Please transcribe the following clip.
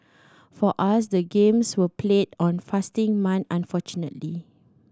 for us the games were played on fasting month unfortunately